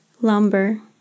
lumber